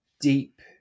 deep